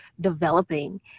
developing